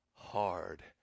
Hard